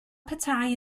petai